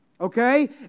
Okay